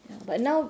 but now